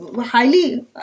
highly